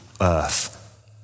earth